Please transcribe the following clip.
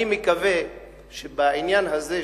אני מקווה שבעניין הזה,